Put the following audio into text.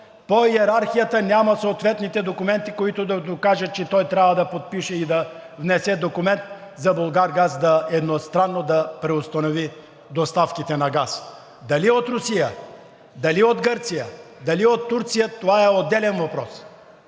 по йерархията няма съответните документи, които да докажат, че той трябва да подпише и да внесе документ за „Булгаргаз“ едностранно да преустанови доставките на газ. Дали от Русия, дали от Гърция, дали от Турция, това е отделен въпрос.